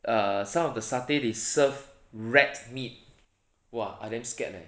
err some of the satay they serve rat meat !wah! I damn scared leh